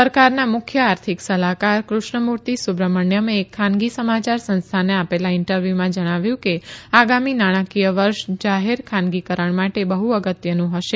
સરકારના મુખ્ય આર્થિક સલાહકાર કૃષ્ણમુર્તિ સુબ્રમણ્થમે એક ખાનગી સમાચાર સંસ્થાને આપેલા ઇન્ટરવ્યુમાં જણાવ્યું કે આગામી નાણાંકીય વૃષ જાહેર ખાનગીકરણ માટે બહ્ અગત્યનું હશે